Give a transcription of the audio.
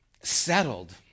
settled